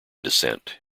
descent